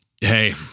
Hey